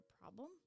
problem